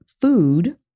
food